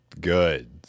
good